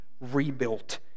rebuilt